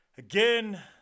Again